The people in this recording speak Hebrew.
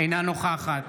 אינה נוכחת